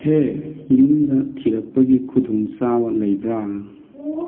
ꯍꯦ ꯌꯨꯝꯗ ꯊꯤꯔꯛꯄꯒꯤ ꯈꯨꯗꯣꯡꯆꯥꯕ ꯂꯩꯕ꯭ꯔꯥ